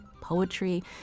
poetry